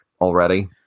already